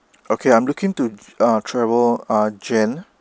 okay I'm looking to uh travel uh jan